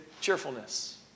cheerfulness